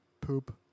Poop